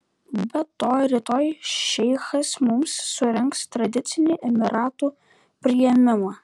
be to rytoj šeichas mums surengs tradicinį emyratų priėmimą